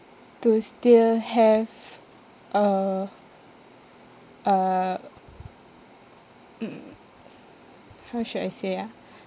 to still have a a mm how should I say ah